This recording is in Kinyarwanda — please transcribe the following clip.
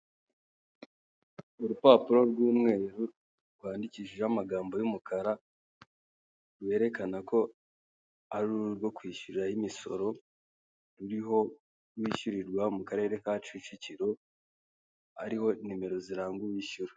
Urupapuro rw'umweru rwandikishijeho amagambo y'umukara rwerekana ko ari urwo kwishyuriraho imisoro, ruriho uwishyurirwa mu karere ka Kicukiro hariho nimero ziranga uwishyura.